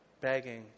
begging